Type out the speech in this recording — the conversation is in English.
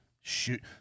shoot